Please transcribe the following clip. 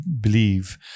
believe